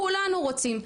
כולנו רוצים.